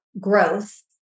growth